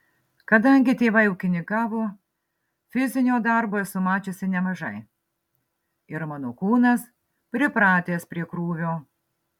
kadangi tėvai ūkininkavo fizinio darbo esu mačiusi nemažai ir mano kūnas pripratęs prie krūvio